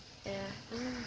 ya oh